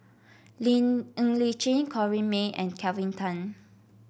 Li Ng Li Chin Corrinne May and Kelvin Tan